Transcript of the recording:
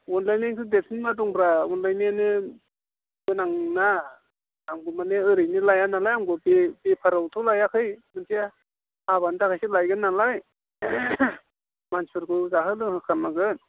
अनलायनायनिफ्राय देरसिन मा दंब्रा अनलायनायानो गोनांना आंबो माने ओरैनो लाया नालाय आं बे बेफारावथ' लायाखै खोन्थाया हाबानि थाखायसो लायगोन नालाय मानसिफोरखौ जाहो लोंहो खालामनांगोन